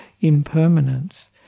impermanence